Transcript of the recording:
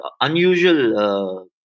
unusual